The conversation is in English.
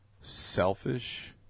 selfish